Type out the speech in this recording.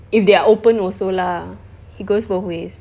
if they're open also lah it goes both ways